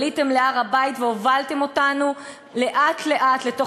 עליתם להר-הבית והובלתם אותנו לאט-לאט לתוך